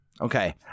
Okay